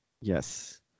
Yes